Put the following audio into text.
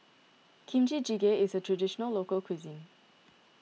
Kimchi Jjigae is a Traditional Local Cuisine